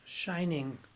Shining